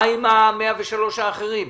מה עם ה-103 האחרות?